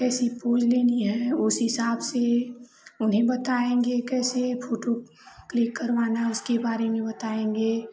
कैसी फूल लेनी है उस हिसाब से उन्हें बताएँगे कैसे फोटो क्लिक करवाना उसके बारे में बताएँगे